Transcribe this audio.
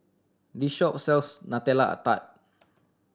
this shop sells Nutella Tart